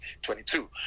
22